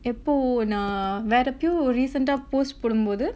எப்போ நா வேரெப்பயோ:eppo naa vereppayo recent ah post போடும்போது:podumpothu